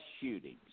shootings